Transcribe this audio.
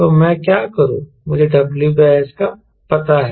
तो मैं क्या करूँ मुझे WS का पता है